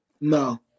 No